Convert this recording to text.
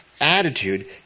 Attitude